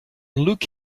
luke